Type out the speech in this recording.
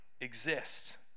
exists